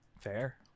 fair